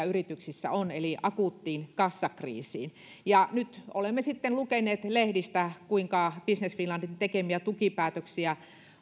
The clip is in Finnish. yrityksissä on eli akuuttiin kassakriisiin nyt olemme sitten lukeneet lehdistä kuinka business finlandin tekemiä tukipäätöksiä